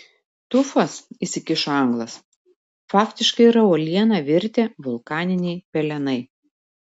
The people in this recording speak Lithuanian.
tufas įsikišo anglas faktiškai yra uoliena virtę vulkaniniai pelenai